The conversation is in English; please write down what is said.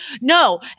No